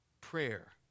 Prayer